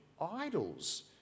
idols